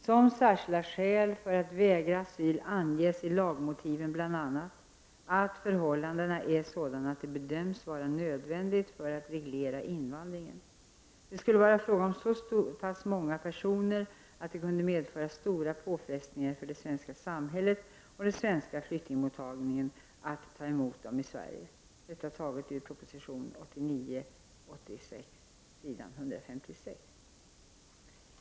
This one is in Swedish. Som särskilda skäl att vägra asyl anges i lagmotiven bl.a. att förhållandena är sådana att det bedöms vara nödvändigt för att reglera invandringen. Det skall vara fråga om så pass många personer att det skulle medföra stora påfrestningar för det svenska samhället och den svenska flyktingmottagningen att ta emot dem i Sverige .